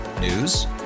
News